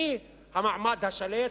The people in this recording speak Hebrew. אני המעמד השליט,